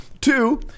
Two